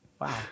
wow